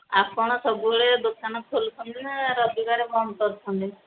ଆପଣ ସବୁବେଳେ ଦୋକାନ ଖୋଲୁଛନ୍ତି ନା ରବିବାର ବନ୍ଦ କରୁଛନ୍ତି